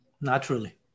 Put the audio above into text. naturally